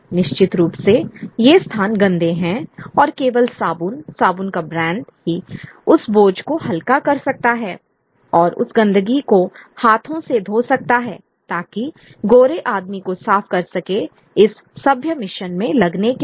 निश्चित रूप से ये स्थान गंदे हैं और केवल साबुन साबुन का ब्रांड ही उस बोझ को हल्का कर सकता है और उस गंदगी को हाथों से धो सकता है ताकि गोरे आदमी को साफ़ कर सके इस सभ्य मिशन में लगने के बाद